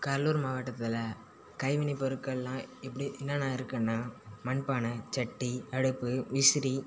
கடலூர் மாவட்டத்தில் கைவினை பொருட்கள்லாம் எப்படி என்னனா இருக்குன்னா மண்பான சட்டி அடுப்பு விசிறி